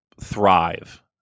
thrive